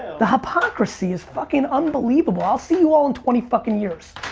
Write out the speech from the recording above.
the hypocrisy is fucking unbelievable. i'll see you all in twenty fucking years.